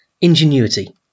Ingenuity